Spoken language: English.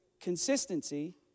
consistency